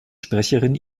sprecherin